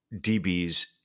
DBs